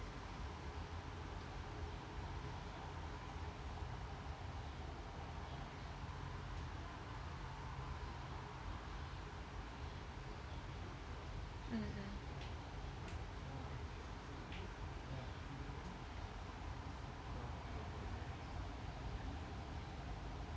mmhmm